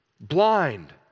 Blind